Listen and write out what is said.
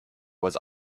was